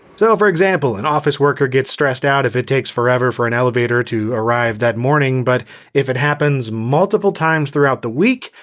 so for example, an office worker gets stressed out if it takes forever for an elevator to arrive that morning, but if it happens multiple throughout the week?